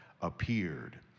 appeared